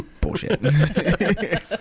Bullshit